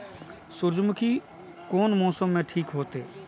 सूर्यमुखी कोन मौसम में ठीक होते?